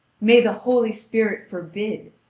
may the holy spirit forbid!